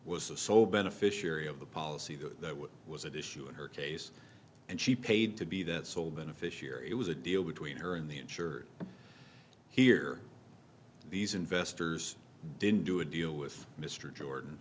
was the sole beneficiary of the policy that was at issue in her case and she paid to be that sole beneficiary it was a deal between her and the insured here these investors didn't do a deal with mr jordan